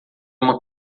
uma